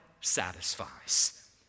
satisfies